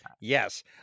Yes